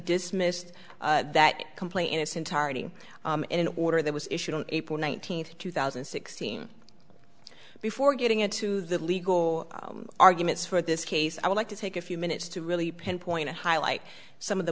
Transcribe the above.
dismissed that complaint in its entirety in an order that was issued on april nineteenth two thousand and sixteen before getting into the legal arguments for this case i would like to take a few minutes to really pinpoint to highlight some of the